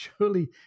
surely